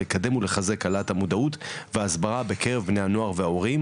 לקדם ולחזק העלאת המודעות והסברה בקרב בני הנוער וההורים.